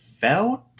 Felt